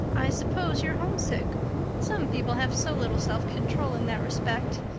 i suppose you're homesick some people have so little self-control in that respect.